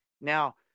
now